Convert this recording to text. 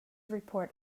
report